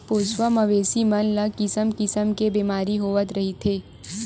पोसवा मवेशी मन ल किसम किसम के बेमारी होवत रहिथे